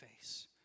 face